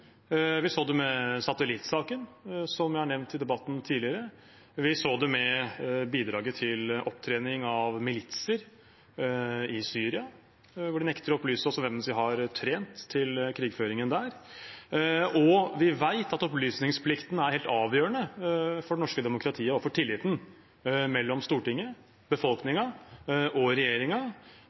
Vi så det med satellittsaken, som jeg nevnte i debatten tidligere. Vi så det med bidraget til opptrening av militser i Syria, hvor de nekter å opplyse oss om hvem de har trent til krigføringen der. Vi vet at opplysningsplikten er helt avgjørende for det norske demokratiet og tilliten mellom Stortinget, befolkningen og